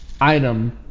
item